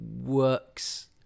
works